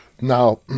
Now